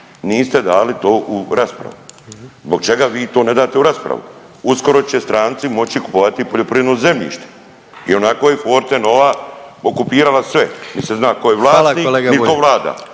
niste dali to u raspravu. Zbog čega vi to ne date u raspravu? Uskoro će stranci moći kupovati poljoprivredno zemljište ionako je Fortenova okupirala sve, nit se zna ko je vlasnik…/Upadica